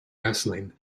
wrestling